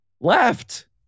left